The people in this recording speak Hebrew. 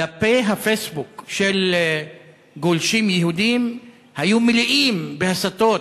דפי הפייסבוק של גולשים יהודים היו מלאים בהסתות,